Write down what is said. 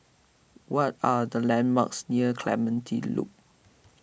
what are the landmarks near Clementi Loop